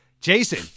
Jason